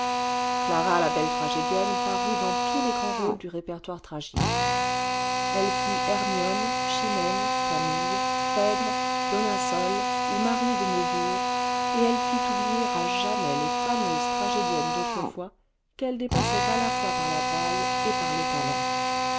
clara la belle tragédienne parut dans tous les grands rôles du répertoire tragique elle fut hermione chimène camille phèdre dona sol ou maria de neubourg et elle fit oublier à jamais les fameuses tragédiennes d'autrefois qu'elle dépassait à la fois par la taille et par le talent